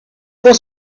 was